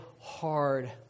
hard